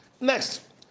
Next